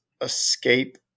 escape